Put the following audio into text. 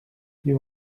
you